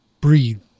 breathe